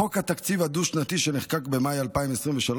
בחוק התקציב הדו-שנתי שנחקק במאי 2023,